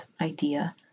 idea